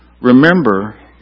Remember